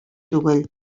түгел